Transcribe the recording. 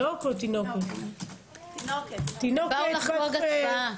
הם באו לחגוג הצבעה.